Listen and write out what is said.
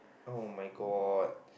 [oh]-my-god